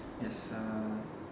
yes uh